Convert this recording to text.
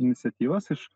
iniciatyvos iš